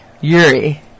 Yuri